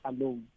alone